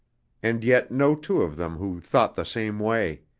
and yet no two of them who thought the same way.